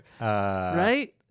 Right